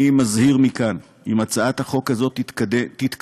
אני מזהיר מכאן: אם הצעת החוק הזו תתקבל,